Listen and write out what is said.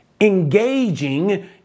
engaging